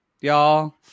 y'all